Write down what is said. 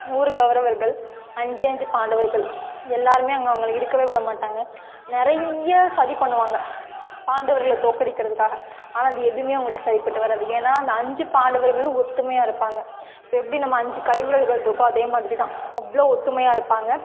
நூறு கௌரவர்கள் அஞ்சே அஞ்சு பாண்டவர்கள் எல்லோருமே அங்கே அவங்களை இருக்கவே விட மாட்டாங்க நிறைய சதி பண்ணுவாங்க பாண்டவர்கள தோற்கடிக்கிறதுக்காக ஆனால் அந்த எதுவுமே அவங்ககிட்ட சரிப்பட்டு வராது ஏன்னால் அந்த அஞ்சு பாண்டவர்களும் ஒற்றுமையா இருப்பாங்க இப்போ எப்படி நம்ம அஞ்சு கை விரல்கள் இருக்கோ அதே மாதிரி தான் அவ்வளோ ஒற்றுமையா இருப்பாங்க